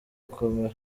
gukomera